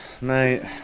Mate